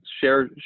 share